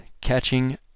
catching